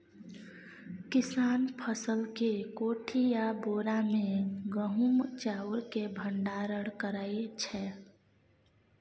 किसान फसल केँ कोठी या बोरा मे गहुम चाउर केँ भंडारण करै छै